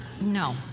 No